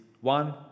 one